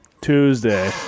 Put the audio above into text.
Tuesday